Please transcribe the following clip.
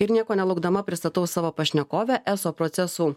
ir nieko nelaukdama pristatau savo pašnekovę eso procesų